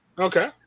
Okay